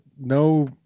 no